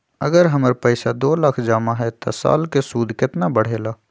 अगर हमर पैसा दो लाख जमा है त साल के सूद केतना बढेला?